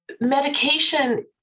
medication